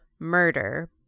Murder